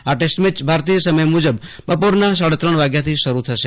આ ટેસ્ટમેચ ભારતીય સમય મુજબ બપોરના સાડા ત્રણ વાગ્યાથી શરૂ થશે